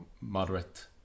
moderate